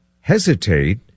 hesitate